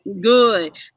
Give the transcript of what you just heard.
Good